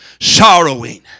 sorrowing